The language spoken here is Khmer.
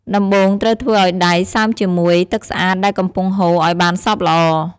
ដំបូងត្រូវធ្វើឱ្យដៃសើមជាមួយ ទឹកស្អាតដែលកំពុងហូរ ឱ្យបានសព្វល្អ។